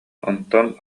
онтон